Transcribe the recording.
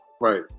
Right